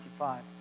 1995